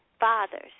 fathers